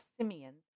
simians